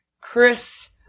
Chris